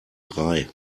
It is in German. drei